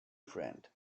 friend